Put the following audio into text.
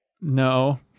No